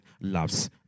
loves